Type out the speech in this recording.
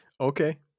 Okay